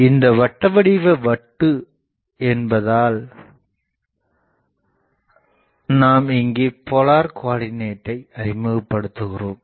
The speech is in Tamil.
இது வட்ட வடிவ வட்டு என்பதால் நாம் இங்கே போலார் கோஆர்டினட்டை அறிமுகபடுத்துகிறோம்